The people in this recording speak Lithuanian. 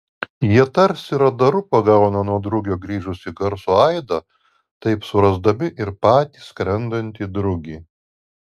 jie tarsi radaru pagauna nuo drugio grįžusį garso aidą taip surasdami ir patį skrendantį drugį